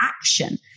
action